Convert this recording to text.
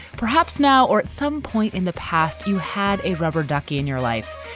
perhaps now or at some point in the past, you had a rubber ducky in your life.